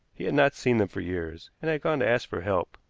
he had not seen them for years, and had gone to ask for help.